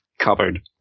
Covered